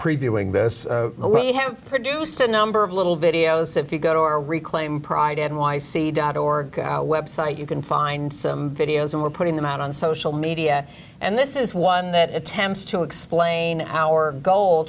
previewing this where you have produced a number of little videos so if you go to our reclaim pride n y c dot org website you can find some videos and we're putting them out on social media and this is one that attempts to explain our goal